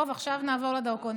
טוב, עכשיו נעבור לדרכונים.